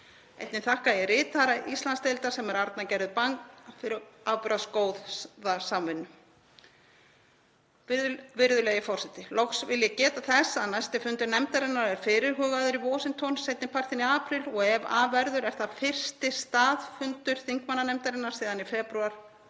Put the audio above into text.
Einnig þakka ég ritara Íslandsdeildar, sem er Arna Gerður Bang, fyrir afbragðsgóða samvinnu. Virðulegi forseti. Loks vil ég geta þess að næsti fundur nefndarinnar er fyrirhugaður í Washington seinni partinn í apríl og ef af verður er það fyrsti staðfundur þingmannanefndarinnar síðan í febrúar